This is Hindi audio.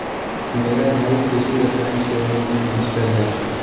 मेरा भाई कृषि रसायन श्रेणियों में मास्टर है